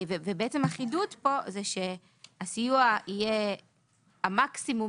החידוד פה זה שהסיוע יהיה המקסימום